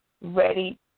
ready